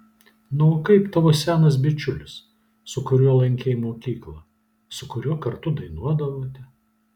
na o kaip tavo senas bičiulis su kuriuo lankei mokyklą su kuriuo kartu dainuodavote